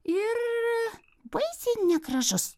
ir baisiai negražus